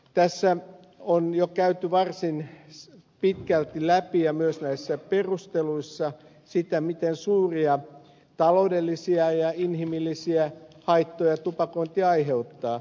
tässä on jo käyty varsin pitkälti läpi myös näissä perusteluissa sitä miten suuria taloudellisia ja inhimillisiä haittoja tupakointi aiheuttaa